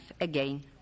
again